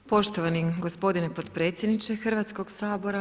Poštovani gospodine potpredsjedniče Hrvatskog sabora.